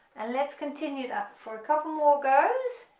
and let's continue that for a couple more goes,